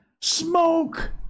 Smoke